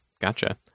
gotcha